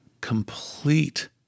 complete